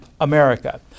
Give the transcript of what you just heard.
America